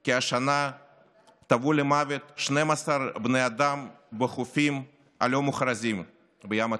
כי השנה טבעו למוות 12 בני אדם בחופים הלא-מוכרזים בים התיכון,